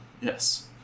Yes